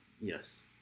Yes